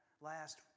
last